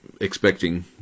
expecting